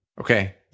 Okay